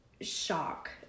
shock